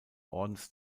ordens